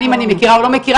האם אני מכירה או לא מכירה.